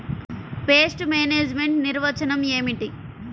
Pest management నిర్వచనం ఏమిటి?